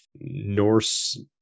Norse